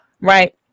right